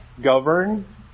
govern